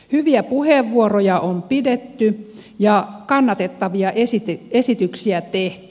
hyviä puheenvuoroja on pidetty ja kannatettavia esityksiä tehty